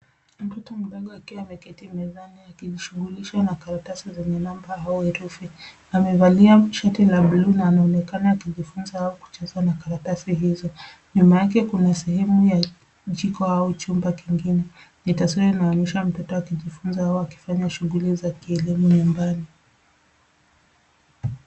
Mtoto mdogo akiwa ameketi mezani akijishugulisha na karatasi zenye namba au herufi. Amevalia shati la buluu na anaonekana akijifunza au kucheza na karatasi hizo. Nyuma yake kuna sehemu ya jiko au chumba kingine, ni taswira inaonyesha mtoto akijifunza au akifanya shuguli za kielimu nyumbani.